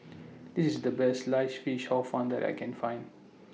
This IS The Best Sliced Fish Hor Fun that I Can Find